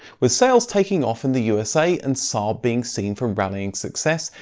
with sales taking off in the usa and saab being seen for rallying success,